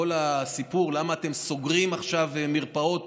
כל הסיפור של: למה אתם סוגרים עכשיו מרפאות?